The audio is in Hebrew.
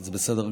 זה בסדר